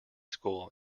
school